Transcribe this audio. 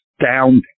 astounding